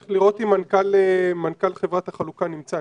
צריך לראות אם מנכ"ל חברת החלוקה נמצא,